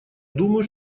думаю